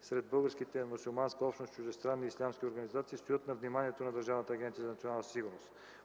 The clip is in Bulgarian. сред българската мюсюлманска общност чуждестранни ислямски организации стоят на вниманието на Държавната агенция за национална сигурност.